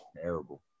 terrible